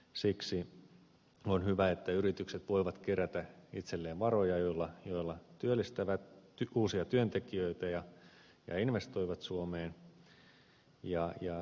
siksi on hyvä että yritykset voivat kerätä itselleen varoja joilla työllistävät uusia työntekijöitä ja investoivat suomeen